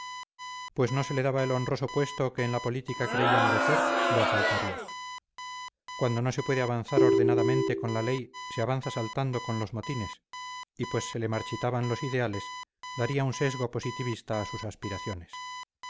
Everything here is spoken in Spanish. pues no se le daba el honroso puesto que en la política creía merecer lo asaltaría cuando no se puede avanzar ordenadamente con la ley se avanza saltando con los motines y pues se le marchitaban los ideales daría un sesgo positivista a sus aspiraciones